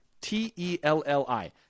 T-E-L-L-I